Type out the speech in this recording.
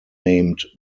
named